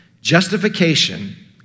Justification